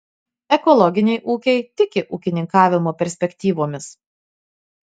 ekologiniai ūkiai tiki ūkininkavimo perspektyvomis